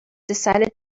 decided